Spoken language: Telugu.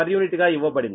గా ఇవ్వబడింది